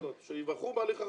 שייבחרו בהליך הרגיל.